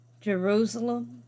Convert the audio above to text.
Jerusalem